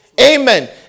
Amen